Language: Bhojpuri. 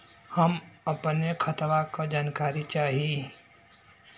हम अपने खतवा क जानकारी चाही?